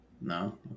no